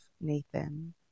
Nathan